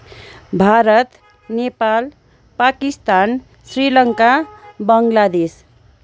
Bharat Nepal Pakistan Sri Lanka Bangladesh